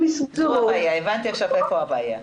הבנתי עכשיו איפה הבעיה.